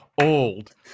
old